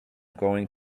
going